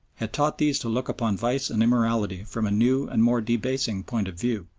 had taught these to look upon vice and immorality from a new and more debasing point of view,